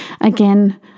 Again